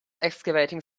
excavating